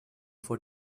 vor